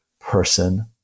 person